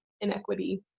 inequity